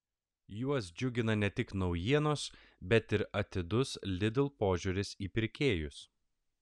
juos džiugina ne tik naujienos bet ir atidus lidl požiūris į pirkėjus